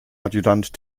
adjutant